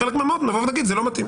בחלק מהמקומות נגיד שזה לא מתאים.